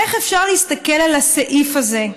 איך אפשר להסתכל על הסעיף הזה,